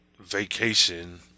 vacation